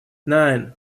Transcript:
nine